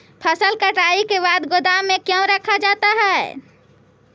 फसल कटाई के बाद गोदाम में क्यों रखा जाता है?